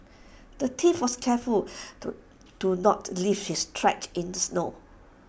the thief was careful to to not leave his tracks in the snow